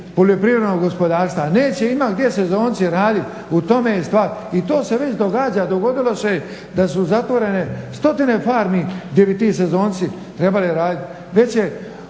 poljoprivrednog gospodarstva. Neće imati gdje sezonci raditi u tome je stvar. I to se već događa, dogodilo se da su zatvorene stotine farmi gdje bi ti sezonci trebali raditi. već je